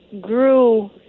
grew